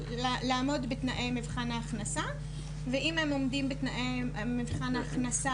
לעמוד בתנאי מבחן ההכנסה ואם הם עומדים בתנאי מבחן ההכנסה,